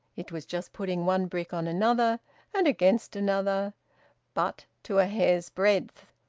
it was just putting one brick on another and against another but to a hair's breadth.